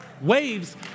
Waves